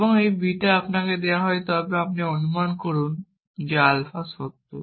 এবং বিটা আপনাকে দেওয়া হয় তবে অনুমান করুন যে আলফা সত্য